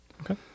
Okay